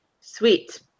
Sweet